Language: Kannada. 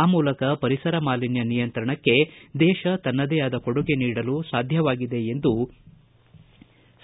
ಆ ಮೂಲಕ ಪರಿಸರ ಮಾಲಿನ್ಯ ನಿಯಂತ್ರಣಕ್ಕೆ ದೇಶ ತನ್ನದೇ ಆದ ಕೊಡುಗೆ ನೀಡಲು ಸಾಧ್ಯವಾಗಿದೆ ಎಂದು